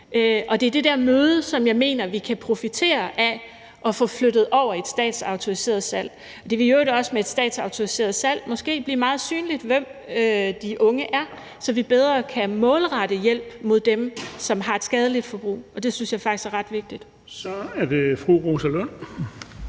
Det er det der møde, som jeg mener vi kan profitere af at få flyttet over i et statsautoriseret salg. Det ville i øvrigt også med et statsautoriseret salg måske blive meget synligt, hvem de unge er, så vi bedre kan målrette hjælp hen mod dem, som har et skadeligt forbrug. Det synes jeg faktisk er ret vigtigt. Kl. 16:23 Den fg. formand